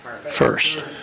first